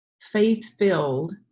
faith-filled